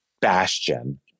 Bastion